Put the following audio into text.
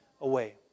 away